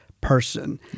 person